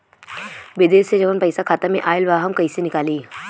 विदेश से जवन पैसा खाता में आईल बा हम कईसे निकाली?